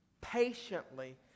patiently